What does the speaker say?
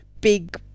big